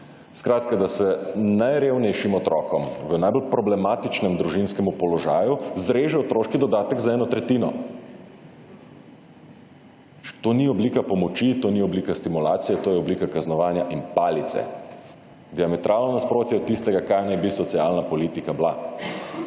skratka, da se najrevnejšim otrokom v najbolj problematičnem družinskem položaju zreže otroški dodatek za eno tretjino. To ni oblika pomoči. To ni oblika stimulacije. To je oblika kaznovanja in palice. Diametralno nasprotje od tistega kaj naj bi socialna politika bila.